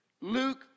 Luke